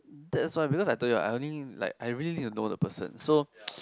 that's why because I told you what I only like I really need to know the person so